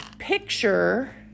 picture